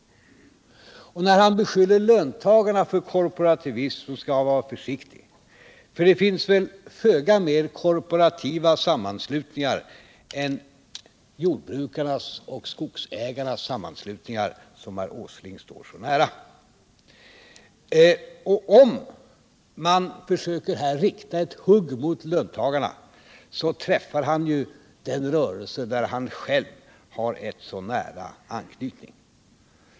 Och när herr Åsling vidare beskyller löntagarna för korporativism skall han vara försiktig, för det finns väl få mer korporativistiska sammanslutningar än jordbrukarnas och skogsägarnas sammanslutningar, som herr Åsling står så nära. Om herr Åsling här försöker rikta ett hugg mot löntagarna, så träffar han ju den rörelse till vilken han själv har så nära anknytning.